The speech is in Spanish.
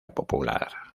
popular